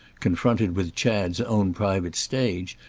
confronted with chad's own private stage,